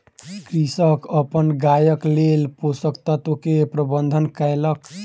कृषक अपन गायक लेल पोषक तत्व के प्रबंध कयलक